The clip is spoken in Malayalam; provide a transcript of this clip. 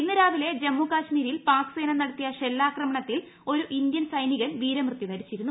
ഇന്ന് രാവിലെ ജമ്മുകാശ്മീരിൽ പാക് സേന നടത്തിയ ഷെല്ലാക്രമണത്തിൽ ഇന്ത്യൻ സൈനികൻ വീരമൃത്യു വരിച്ചിരുന്നു